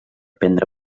prendre